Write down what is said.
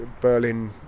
Berlin